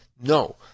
No